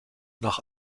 nach